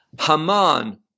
Haman